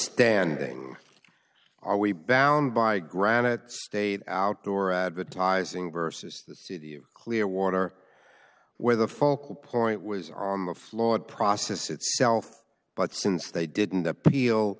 standing are we bound by granite state outdoor advertising versus the city of clearwater where the focal point was on the flawed process itself but since they didn't appeal